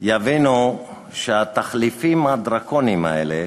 יבינו שהתחליפים הדרקוניים האלה